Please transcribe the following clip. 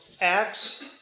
Acts